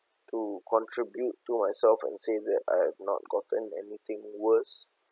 to contribute to myself and say that I have not gotten anything worse